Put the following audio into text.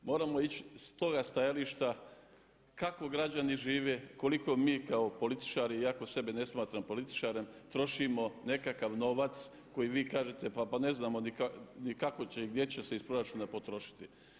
Moramo ići s toga stajališta kako građani žive, koliko mi kao političari iako sebe ne smatram političarem trošimo nekakav novac koji vi kažete pa ne znamo ni kako će i gdje će se iz proračuna potrošiti.